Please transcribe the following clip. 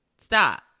Stop